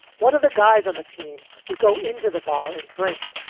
one of the guys on the team would go into the bar and drink,